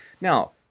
Now